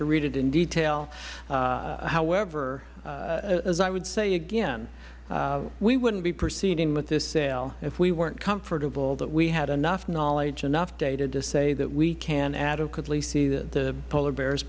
to read it in detail however as i would say again we wouldn't be proceeding with this sale if we weren't comfortable that we had enough knowledge enough data to say that we can adequately see that the polar bear